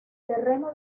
terreno